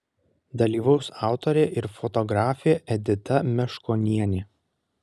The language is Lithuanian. dalyvaus autorė ir fotografė edita meškonienė